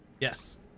Yes